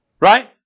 Right